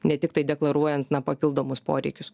ne tiktai deklaruojant na papildomus poreikius